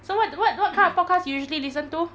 so what what what kind of podcast you usually listen to